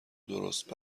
درست